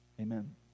Amen